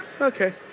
Okay